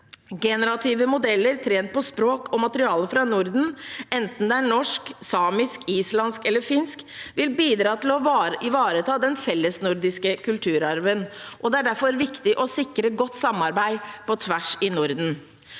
Generative modeller trent på språk og materiale fra Norden, enten det er norsk, samisk, islandsk eller finsk, vil bidra til å ivareta den fellesnordiske kulturarven. Det er derfor viktig å sikre godt samarbeid på tvers i Norden.